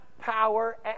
power